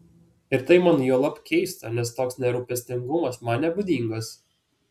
ir tai man juolab keista nes toks nerūpestingumas man nebūdingas